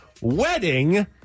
wedding